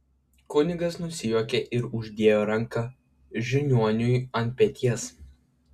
kunigas nusijuokė ir uždėjo ranką žiniuoniui ant peties